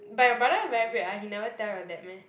but your brother very weird ah he never tell your dad meh